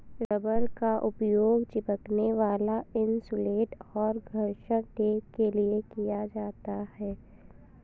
rubber का उपयोग चिपकने वाला इन्सुलेट और घर्षण टेप के लिए किया जाता है